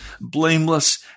blameless